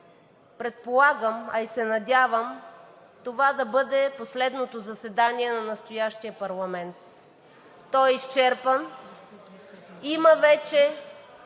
Предполагам, а и се надявам, това да бъде последното заседание на настоящия парламент. Той е изчерпан. Има вече